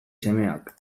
semeak